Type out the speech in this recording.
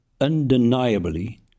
undeniably